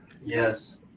Yes